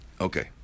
Okay